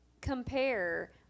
compare